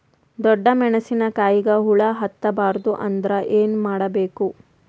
ಡೊಣ್ಣ ಮೆಣಸಿನ ಕಾಯಿಗ ಹುಳ ಹತ್ತ ಬಾರದು ಅಂದರ ಏನ ಮಾಡಬೇಕು?